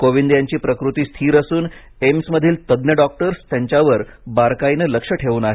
कोविंद यांची प्रकृती स्थिर असून एम्समधील तज्ञ डॉक्टर्स त्यांच्यावर बारकाईनं लक्ष ठेवून आहेत